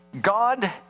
God